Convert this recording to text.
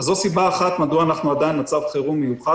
זו סיבה אחת מדוע אנחנו עדיין במצב חירום מיוחד.